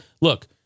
look